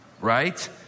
right